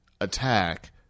attack